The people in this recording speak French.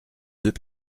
deux